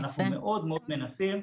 אנחנו מאוד מאוד מנסים,